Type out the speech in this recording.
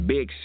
Big